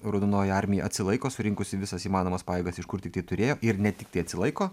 raudonoji armija atsilaiko surinkusi visas įmanomas pajėgas iš kur tiktai turėjo ir ne tiktai atsilaiko